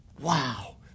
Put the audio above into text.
Wow